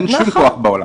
אין שום כוח בעולם.